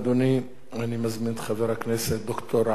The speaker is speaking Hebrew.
אני מזמין את חבר הכנסת ד"ר עפו אגבאריה,